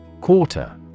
Quarter